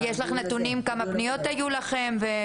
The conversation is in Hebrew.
ויש לך נתונים כמה פניות היו לכם?